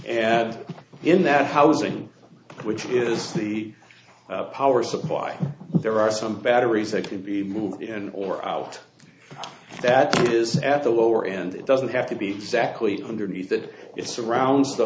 and in that housing which is the power supply there are some batteries that could be moved in or out that is at the lower end it doesn't have to be exactly underneath that it surrounds the